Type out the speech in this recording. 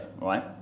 right